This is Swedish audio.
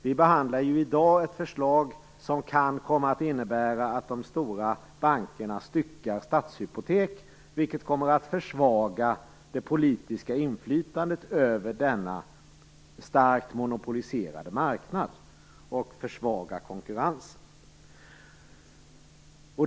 Vi behandlar i dag ett förslag som kan komma att innebära att de stora bankerna styckar Stadshypotek, vilket kommer att försvaga det politiska inflytandet över denna starkt monopoliserade marknad och försvaga konkurrensen.